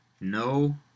no